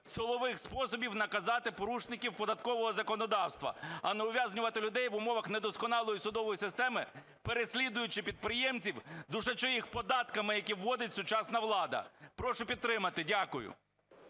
силових способів наказати порушників податкового законодавства, а не ув'язнювати людей в умовах недосконалої судової системи, переслідуючи підприємців, душачи їх податками, які вводить сучасна влада. Прошу підтримати. Дякую.